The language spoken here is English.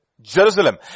Jerusalem